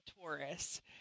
Taurus